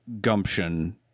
gumption